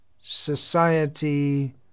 society